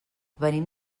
venim